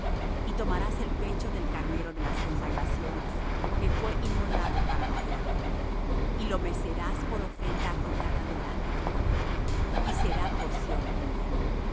y tomarás el pecho del carnero de las consagraciones que fue inmolado para la de aarón y lo mecerás por ofrenda agitada delante de jehová y será porción tuya